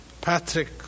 Patrick